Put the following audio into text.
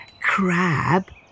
Crab